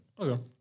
Okay